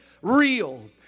real